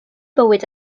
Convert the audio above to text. bywyd